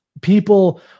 people